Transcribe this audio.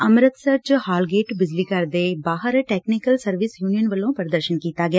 ਅੰਮਿਤਸਰ ਚ hall gate ਬਿਜਲੀ ਘਰ ਦੇ ਬਾਹਰ ਟੈਕਨੀਕਲ ਸਰਵਿਸ ਯੂਨੀਅਨ ਵੱਲੋ ਪ੍ਰਦਰਸਨ ਕੀਤਾ ਗਿਆ